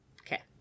Okay